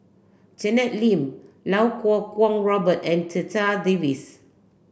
Janet Lim Lau Kuo Kwong Robert and Checha Davies